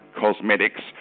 cosmetics